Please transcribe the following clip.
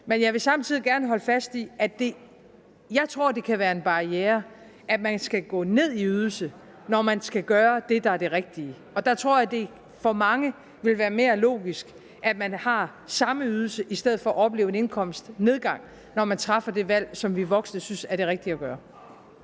Men jeg vil samtidig gerne holde fast i, at jeg tror, at det kan være en barriere, at man skal gå ned i ydelse, når man skal gøre det, der er det rigtige, og der tror jeg at det for mange vil være mere logisk, at man har samme ydelse i stedet for at opleve en indkomstnedgang, når man træffer det valg, som vi voksne synes er det rigtige at gøre.